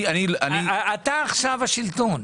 אתה עכשיו השלטון.